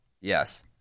Yes